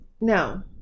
No